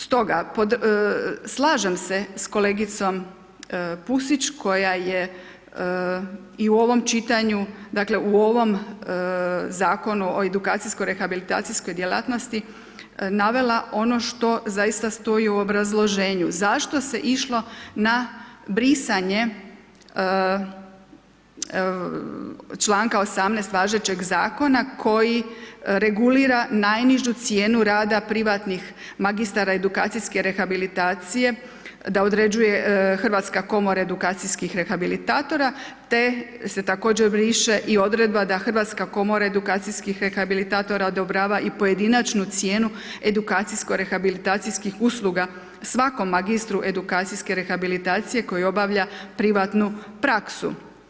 Stoga, slažem se s kolegicom Pusić koja je i u ovom čitanju, dakle, u ovom Zakonu o edukacijsko-rehabilitacijskoj djelatnosti, navela ono što zaista stoji u obrazloženju, zašto se išlo na brisanje članka 18. važećeg Zakona, koji regulira najnižu cijenu rada privatnih magistara edukacijske rehabilitacije, da određuje Hrvatska komora edukacijskih rehabilitatora, te se također briše i odredba da Hrvatska komora edukacijskih rehabilitatora odobrava i pojedinačnu cijenu edukacijsko-rehabilitacijskih usluga svakom magistru edukacijske rehabilitacije koji obavlja privatnu praksu.